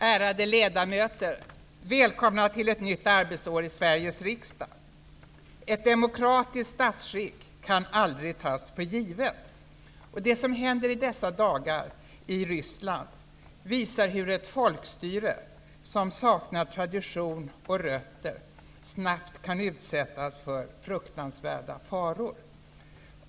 Ärade ledamöter! Välkomna till ett nytt arbetsår i Ett demokratiskt statsskick kan aldrig tas för givet. Det som händer i dessa dagar i Ryssland visar hur ett folkstyre som saknar tradition och rötter snabbt kan utsättas för fruktansvärda faror.